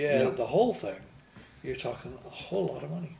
have the whole thing you're talking a whole lot of money